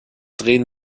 drehen